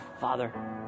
Father